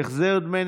(אחים שכולים),